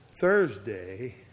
Thursday